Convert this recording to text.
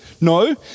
no